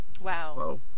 Wow